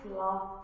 love